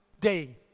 day